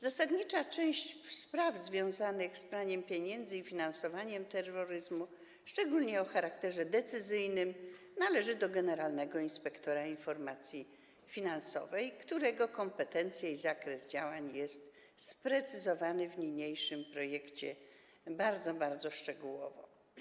Zasadnicza część spraw związanych z praniem pieniędzy i finansowaniem terroryzmu, szczególnie o charakterze decyzyjnym, należy do generalnego inspektora informacji finansowej, którego kompetencje i zakres działań są sprecyzowane w niniejszym projekcie bardzo, bardzo szczegółowo.